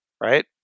right